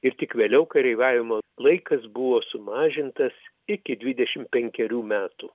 ir tik vėliau kareiviavimo laikas buvo sumažintas iki dvidešim penkerių metų